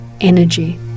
energy